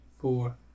four